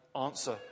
answer